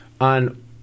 on